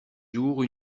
jours